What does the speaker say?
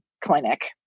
clinic